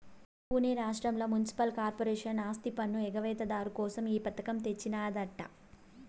పునే రాష్ట్రంల municipal corporation ఆస్తిపన్ను ఎగవేత దారు కోసం ఈ పథకం తెచ్చినాదట